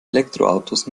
elektroautos